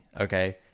Okay